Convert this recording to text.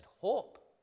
hope